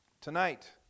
tonight